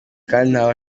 ntaba